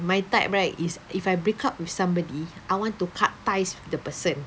my type right is if I break up with somebody I want to cut ties with the person